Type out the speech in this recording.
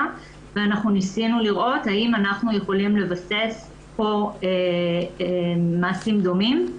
ואנחנו ניסינו לראות אם אנחנו יכולים לבסס פה מעשים דומים.